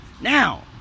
Now